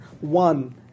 one